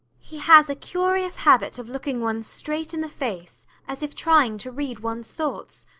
he has a curious habit of looking one straight in the face, as if trying to read one's thoughts.